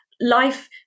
life